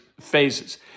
phases